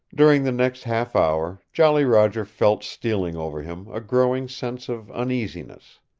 during the next half hour jolly roger felt stealing over him a growing sense of uneasiness.